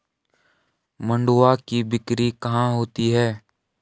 मंडुआ की बिक्री कहाँ होती है?